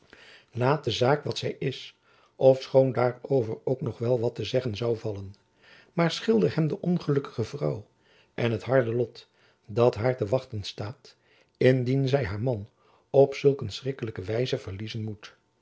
laat de zaak wat zy is ofschoon daarover ook nog wel wat te zeggen zoû vallen maar schilder hem de ongelukkige vrouw en het harde lot dat haar te wachten staat indien zy haar man op zulk een schrikkelijke wijze verliezen moet